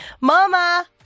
Mama